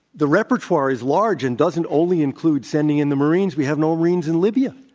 the repertoire is large and doesn't only include sending in the marines. we have no marines in libya,